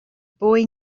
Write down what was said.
boy